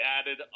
added